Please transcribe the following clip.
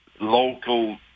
local